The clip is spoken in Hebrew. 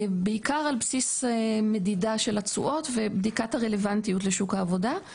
בעיקר על בסיס מדידה של התשואות ובדיקת הרלוונטיות לשוק העבודה,